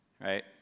right